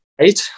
Right